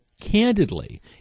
candidly